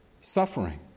suffering